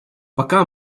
пока